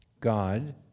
God